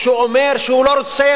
כשהוא אומר שהוא לא רוצה,